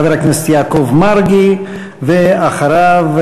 חבר הכנסת יעקב מרגי, ואחריו,